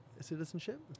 citizenship